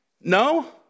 No